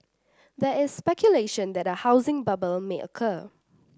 there is speculation that a housing bubble may occur